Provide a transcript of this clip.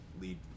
lead